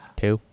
two